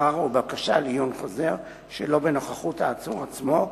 בערר או בבקשה לעיון חוזר שלא בנוכחות העצור עצמו,